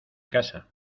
casa